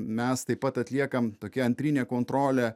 mes taip pat atliekam tokią antrinę kontrolę